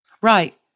Right